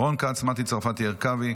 רון כץ, מטי צרפתי הרכבי,